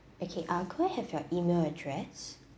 okay uh could I have your email address